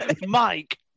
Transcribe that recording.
Mike